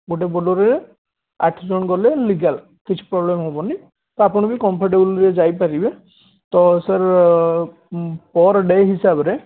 ଗୋଟେ ବୋଲେରୋରେ ଆଠ ଜଣ ଗଲେ ଲେଗାଲ୍ କିଛି ପ୍ରୋବ୍ଲେମ୍ ହେବନି ତ ଆପଣ ବି କମ୍ଫର୍ଟେବଲ୍ରେ ଯାଇପାରିବେ ତ ସାର୍ ପର୍ ଡେ' ହିସାବରେ